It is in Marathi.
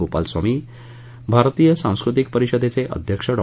गोपाल स्वामी भारतीय सांस्कृतिक परिषदेचे अध्यक्ष डॉ